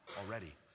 already